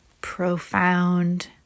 profound